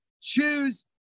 choose